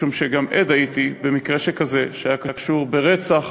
משום שגם עד הייתי למקרה שכזה שהיה קשור ברצח